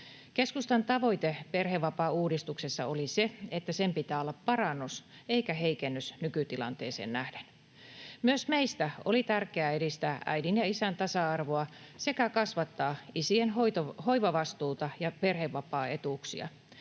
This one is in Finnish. Keskustan tavoite perhevapaauudistuksessa oli se, että sen pitää olla parannus eikä heikennys nykytilanteeseen nähden. Myös meistä oli tärkeää edistää äidin ja isän tasa-arvoa sekä kasvattaa isien hoivavastuuta ja perhevapaaetuuksia.